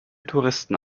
touristen